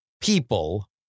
people